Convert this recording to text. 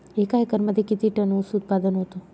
एका एकरमध्ये किती टन ऊस उत्पादन होतो?